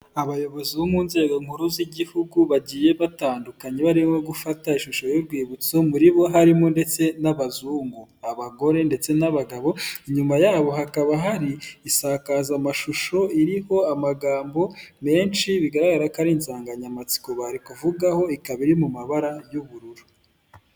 Abayobozi bo mu nzego nkuru z'igihugu bagiye batandukanye, barimo gufata ishusho y'urwibutso muri bo harimo ndetse n'abazungu, abagore ndetse n'abagabo, inyuma yabo hakaba hari isakazamashusho iriho amagambo menshi, bigaragara ko ari insanganyamatsiko bari kuvugaho, ikaba iri mu mabara y'ubururu.